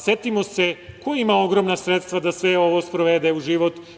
Setimo se ko ima ogromna sredstva da sve ovo sprovede u život.